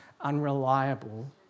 unreliable